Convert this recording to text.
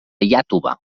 iàtova